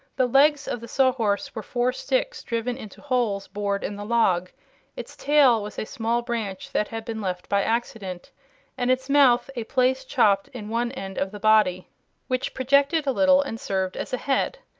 the legs of the sawhorse were four sticks driving into holes bored in the log its tail was a small branch that had been left by accident and its mouth a place chopped in one end of the body which projected a little and served as a head.